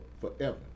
forever